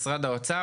משרד האוצר,